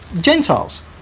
Gentiles